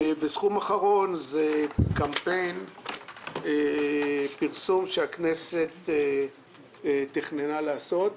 הסכום האחרון הוא עבור קמפיין פרסום שהכנסת תכננה לעשות,